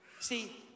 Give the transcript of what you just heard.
See